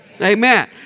Amen